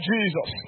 Jesus